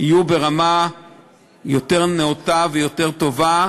יהיו ברמה יותר נאותה ויותר טובה,